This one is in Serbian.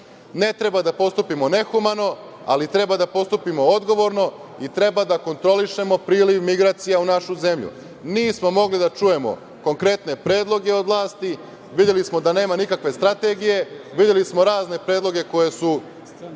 Ne treba da postupimo nehumano, ali treba da postupimo odgovorno i treba da kontrolišemo priliv migracija u našu zemlju. Nismo mogli da čujemo konkretne predloge od vlasti. Videli smo razne predloge koji su